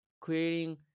creating